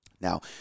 Now